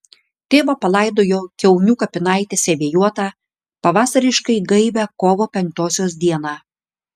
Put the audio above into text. tėvą palaidojo kiaunių kapinaitėse vėjuotą pavasariškai gaivią kovo penktosios dieną